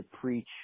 preach